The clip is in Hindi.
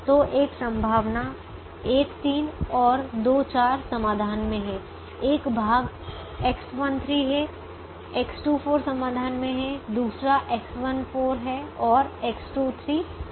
तो एक संभावना 1 3 है और 2 4 समाधान में हैं एक भाग X13 है X24 समाधान में है दूसरा X14 है और X23 समाधान में हैं